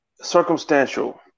circumstantial